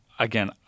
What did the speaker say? Again